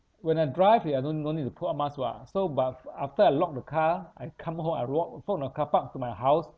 when I drive ya no nee~ no need to put up mask [what] so but after I lock the car I come home I walk walk from the car park to my house